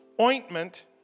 ointment